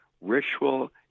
Ritual